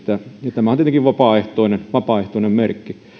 ja tämä on tietenkin vapaaehtoinen vapaaehtoinen merkki itse